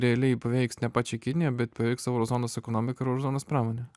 realiai paveiks ne pačią kiniją bet paveiks euro zonos ekonomiką ir euro zonos pramonę